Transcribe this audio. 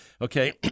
okay